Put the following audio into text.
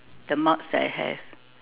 the marks that I have